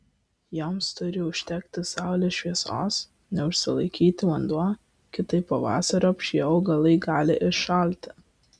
joms turi užtekti saulės šviesos neužsilaikyti vanduo kitaip pavasariop šie augalai gali iššalti